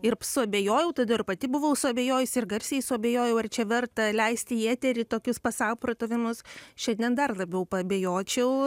ir suabejojau tada ir pati buvau suabejojusi ir garsiai suabejojau ar čia verta leisti į eterį tokius pasamprotavimus šiandien dar labiau paabejočiau